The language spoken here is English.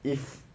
if